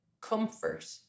comfort